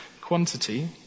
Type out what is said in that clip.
Quantity